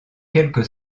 quelque